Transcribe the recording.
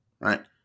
right